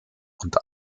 und